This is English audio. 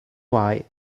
why